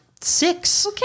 six